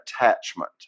attachment